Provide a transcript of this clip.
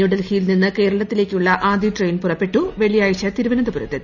നൃൂഡൽഹിയിൽ നിന്ന് കേരളത്തിലേക്കുള്ള ആദ്യ ട്രെയിൻ പുറപ്പെട്ടു വെള്ളിയാഴ്ച തിരുവനന്തപുരത്ത് എത്തും